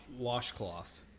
Washcloths